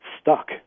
stuck